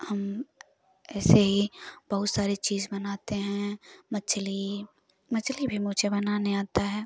हम ऐसे ही बहुत सारे चीज़ बनाते हैं मछली मछली भी मुझे बनाने आता है